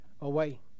away